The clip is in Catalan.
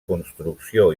construcció